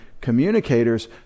communicators